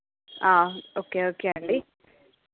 okay okay అండి